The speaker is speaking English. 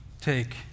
Take